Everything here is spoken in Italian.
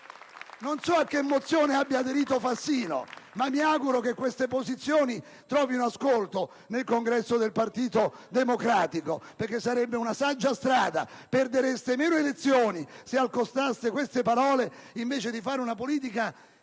Non so a che mozione abbia aderito Fassino, ma mi auguro che queste posizioni trovino ascolto nel congresso del Partito Democratico, perché sarebbe una strada saggia, perdereste meno elezioni se ascoltaste queste parole, invece di fare una politica